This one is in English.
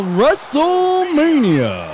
WrestleMania